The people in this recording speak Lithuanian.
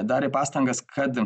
darė pastangas kad